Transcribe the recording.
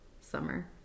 summer